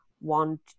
want